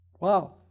Wow